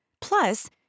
Plus